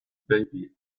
baby